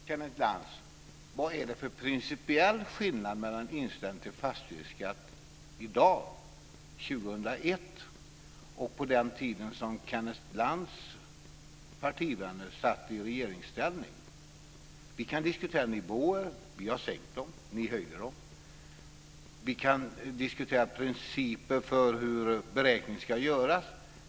Herr talman! Vad är det för principiell skillnad mellan inställningen till fastighetsskatt i dag, 2001, och på den tiden då Kenneth Lantz partivänner satt i regeringsställning? Vi kan diskutera nivåer. Vi har sänkt dem. Ni höjer dem. Vi kan diskutera principer för hur beräkningen ska göras.